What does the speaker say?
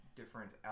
different